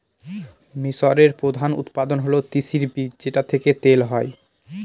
মিশরের প্রধান উৎপাদন হল তিসির বীজ যেটা থেকে তেল হয়